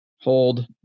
Hold